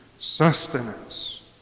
sustenance